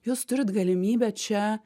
jūs turit galimybę čia